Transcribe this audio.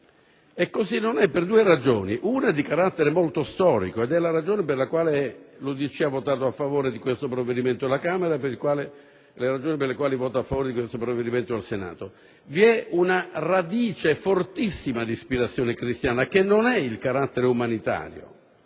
così non è per due ragioni: una di carattere molto storico ed è la ragione per la quale l'UDC ha votato a favore di questo provvedimento alla Camera e la ragione per la quale vota a favore del provvedimento al Senato. Vi è una radice fortissima di ispirazione cristiana, che non è il carattere umanitario,